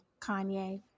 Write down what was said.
Kanye